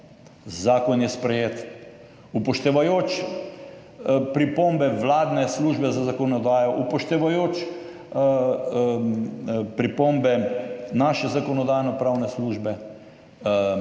Zakon je sprejet, upoštevajoč pripombe vladne službe za zakonodajo, upoštevajoč pripombe naše Zakonodajno-pravne službe,